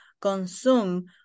consume